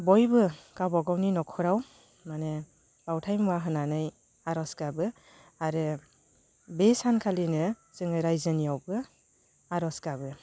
बयबो गावबागावनि न'खराव माने बावथाय मुवा होनानै आरज गाबो आरो बे सानखालिनो जोङो रायजोनियावबो आरज गाबो